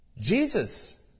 Jesus